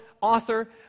author